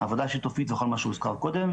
עבודה שיתופית וכל מה שהוזכר קודם,